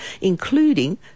including